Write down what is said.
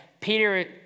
Peter